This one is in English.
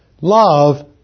Love